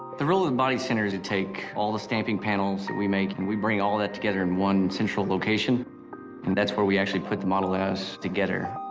the and body center is to take all the stamping panels that we make and we bring all that together in one central location and that's where we actually put the model ass together